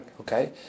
okay